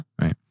Right